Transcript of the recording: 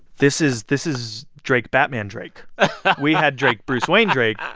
this is this is drake batman-drake we had drake bruce-wayne-drake,